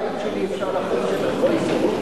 אפשר על הבית להכריז "שטח צבאי סגור"?